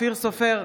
אופיר סופר,